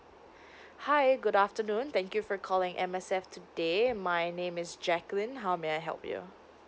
hi good afternoon thank you for calling M_S_F today my name is jacqueline how may I help you